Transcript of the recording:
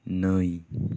नै